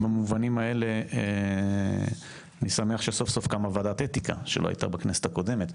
במובנים האלה אני שמח שסוף-סוף קמה ועדת אתיקה שלא הייתה בכנסת הקודמת,